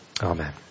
amen